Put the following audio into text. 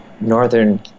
northern